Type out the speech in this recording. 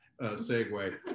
segue